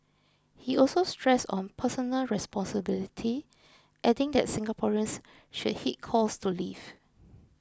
he also stressed on personal responsibility adding that Singaporeans should heed calls to leave